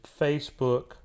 Facebook